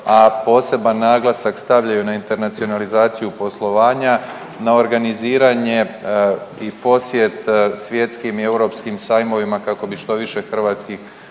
a poseban naglasak stavljaju na internacionalizaciju poslovanja, na organiziranje i posjet svjetskim i europskim sajmovima kako bi što više hrvatskih